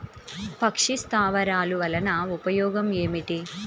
పక్షి స్థావరాలు వలన ఉపయోగం ఏమిటి?